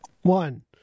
One